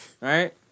right